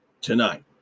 tonight